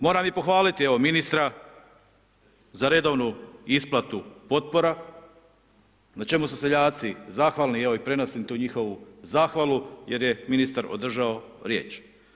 Moram i pohvaliti evo ministra za redovnu isplatu potpora, na čemu su seljaci zahvalni i evo prenosim ti njihovu zahvalu jer je ministar održao riječ.